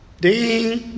Ding